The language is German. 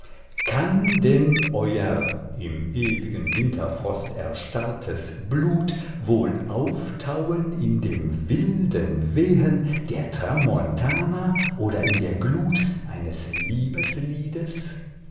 kann denn euer im ewigen winterfrost erstarrtes blut wohl auftauen in dem wilden wehen der tramontana oder in der glut eines